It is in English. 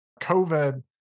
COVID